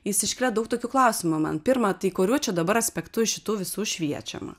jis iškelia daug tokių klausimų man pirma tai kurių čia dabar aspektu šitų visų šviečiama